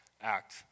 act